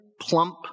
plump